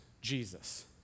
Jesus